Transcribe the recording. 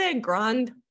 Grand